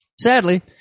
Sadly